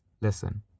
Listen